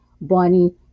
Bonnie